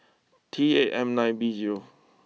T eight M nine B zero